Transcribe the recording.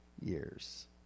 years